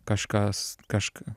kažkas kažk